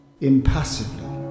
impassively